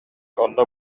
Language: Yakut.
онно